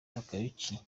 takayuki